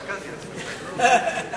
שקלתי להצביע.